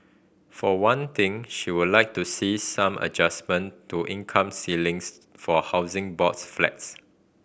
for one thing she would like to see some adjustment to income ceilings for Housing Boards flats